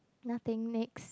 nothing next